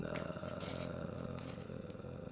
uh